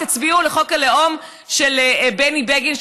תצביעו לחוק הלאום של בני בגין,